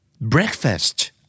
Breakfast